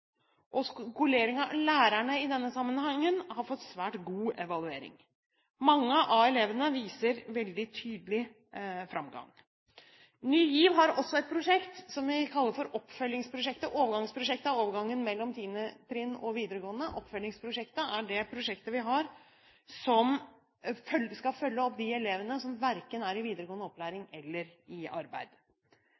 lærerne i denne sammenhengen har fått svært god evaluering. Mange av elevene viser veldig tydelig framgang. Ny GIV har også et prosjekt som vi kaller for Oppfølgingsprosjektet – et overgangsprosjekt for overgangen mellom 10. trinn og videregående. Oppfølgingsprosjektet er et prosjektet som skal følge opp de elvene som er verken i videregående opplæring